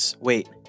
wait